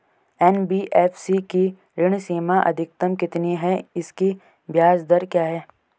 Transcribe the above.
NBFC की ऋण सीमा अधिकतम कितनी है इसकी ब्याज दर क्या है?